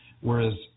Whereas